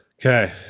Okay